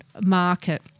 market